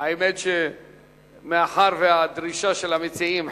האמת היא שמאחר שהדרישה של המציעים,